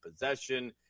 possession